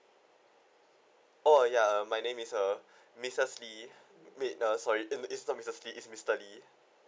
oh ya my name is uh missus lee wait sorry it isn't missus lee is mister lee